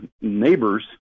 neighbors